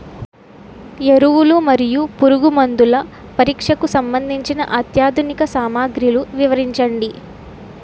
ఎరువులు మరియు పురుగుమందుల పరీక్షకు సంబంధించి అత్యాధునిక సామగ్రిలు వివరించండి?